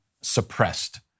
suppressed